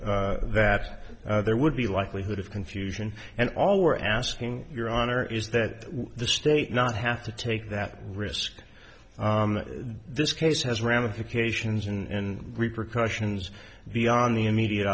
that there would be likelihood of confusion and all we're asking your honor is that the state not have to take that risk this case has ramifications and repercussions beyond the immediate